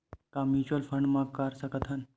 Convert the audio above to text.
का mutual fund म कर सकत हन?